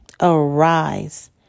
arise